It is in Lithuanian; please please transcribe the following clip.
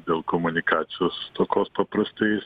dėl komunikacijos stokos paprastai